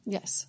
Yes